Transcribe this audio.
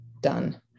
done